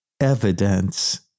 evidence